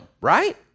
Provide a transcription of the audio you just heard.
right